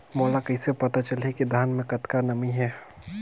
मोला कइसे पता चलही की धान मे कतका नमी हे?